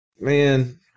Man